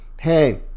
hey